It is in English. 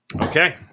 okay